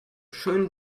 schönen